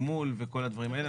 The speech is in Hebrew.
גמול וכל הדברים האלה.